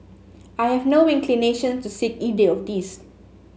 I have no inclination to seek either of these